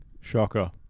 Shocker